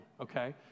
okay